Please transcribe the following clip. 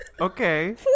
Okay